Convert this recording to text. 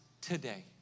today